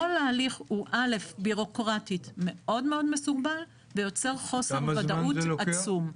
כל ההליך הוא א' בירוקרטית מאוד מסורבל ויוצר חוסר ודאות עצום.